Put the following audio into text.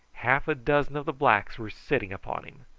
half a dozen of the blacks were sitting upon him.